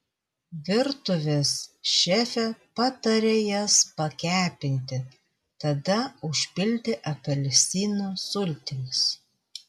virtuvės šefė pataria jas pakepinti tada užpilti apelsinų sultimis